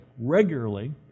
regularly